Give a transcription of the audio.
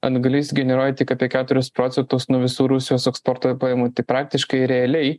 anglis generuoja tik apie keturis procetus nuo visų rusijos eksporto pajamų tai praktiškai realiai